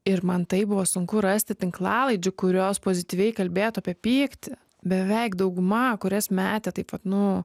ir man taip buvo sunku rasti tinklalaidžių kurios pozityviai kalbėtų apie pyktį beveik dauguma kurias metė taip vat nu